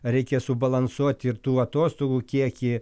reikia subalansuoti ir tų atostogų kiekį